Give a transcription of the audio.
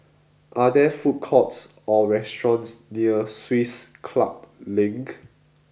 are there food courts or restaurants near Swiss Club Link